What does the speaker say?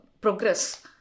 progress